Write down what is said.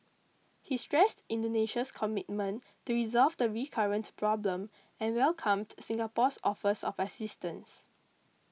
he stressed Indonesia's commitment to resolve the recurrent problem and welcomed Singapore's offers of assistance